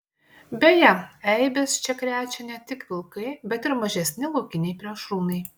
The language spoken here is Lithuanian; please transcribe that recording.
beje eibes čia krečia ne tik vilkai bet ir mažesni laukiniai plėšrūnai